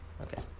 Okay